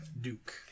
Duke